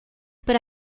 para